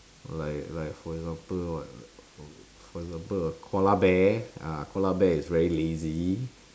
like like for example what for example a koala bear ah koala bear is very lazy